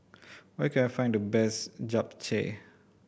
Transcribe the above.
where can I find the best Japchae